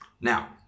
Now